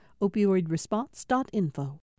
Opioidresponse.info